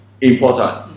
important